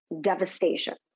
devastation